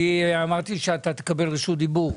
אמרתי שתקבל רשות דיבור.